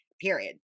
period